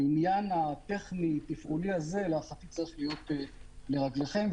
העניין הטכני תפעולי הזה צריך להיות לרגליכם.